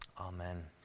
Amen